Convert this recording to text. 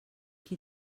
qui